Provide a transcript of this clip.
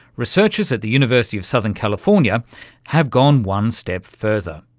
researchers at the university of southern california have gone one step further,